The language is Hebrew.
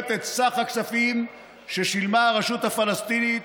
את סך הכספים ששילמה הרשות הפלסטינית